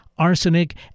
arsenic